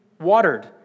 watered